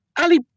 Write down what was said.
Ali